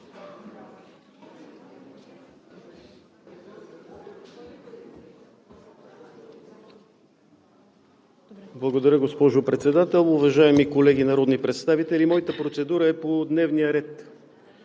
Благодаря, госпожо Председател. Уважаеми колеги народни представители, моята процедура е по дневния ред.